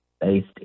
based